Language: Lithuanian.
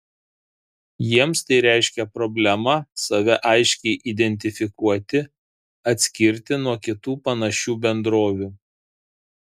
jiems tai reiškia problemą save aiškiai identifikuoti atskirti nuo kitų panašių bendrovių